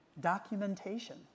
documentation